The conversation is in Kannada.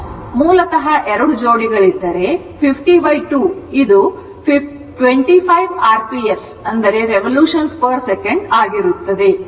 ಆದ್ದರಿಂದ ಮೂಲತಃ ಎರಡು ಜೋಡಿಗಳು ಅಂದರೆ 502 ಇದು 25 rps ಆಗಿರುತ್ತದೆ